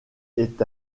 est